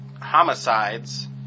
homicides